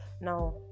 Now